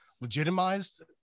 legitimized